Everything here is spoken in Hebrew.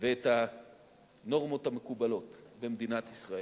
ואת הנורמות המקובלות במדינת ישראל,